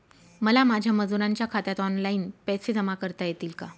मला माझ्या मजुरांच्या खात्यात ऑनलाइन पैसे जमा करता येतील का?